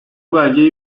belgeyi